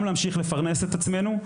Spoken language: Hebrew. גם להמשיך לפרנס את עצמנו,